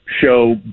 show